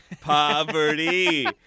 poverty